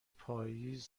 پاییز